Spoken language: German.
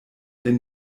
denn